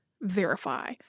verify